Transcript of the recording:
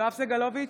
יואב סגלוביץ'